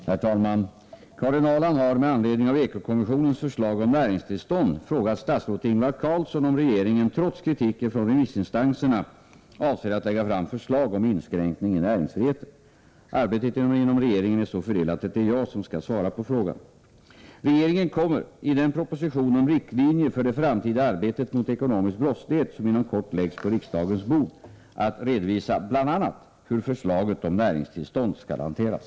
Herr talman! Karin Ahrland har, med anledning av EKO-kommissionens förslag om näringstillstånd, frågat statsrådet Ingvar Carlsson om regeringen trots kritiken från remissinstanserna avser att lägga fram förslag om inskränkning i näringsfriheten. Arbetet inom regeringen är så fördelat att det är jag som skall svara på frågan. Regeringen kommer, i den proposition om riktlinjer för det framtida arbetet mot ekonomisk brottslighet, som inom kort läggs på riksdagens bord, att redovisa bl.a. hur förslaget om näringstillstånd skall hanteras.